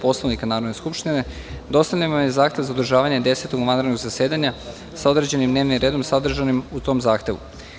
Poslovnika Narodne skupštine, dostavljen vam je zahtev za održavanje Desetog vanrednog zasedanja, sa određenim dnevnim redom sadržanim u tom zahtevu.